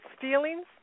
feelings